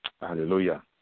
Hallelujah